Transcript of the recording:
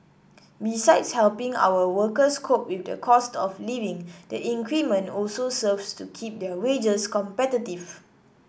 besides helping our workers cope with the cost of living the increment also serves to keep their wages competitive